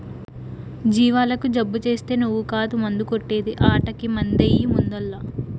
జీవాలకు జబ్బు చేస్తే నువ్వు కాదు మందు కొట్టే ది ఆటకి మందెయ్యి ముందల్ల